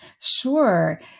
Sure